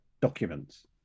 documents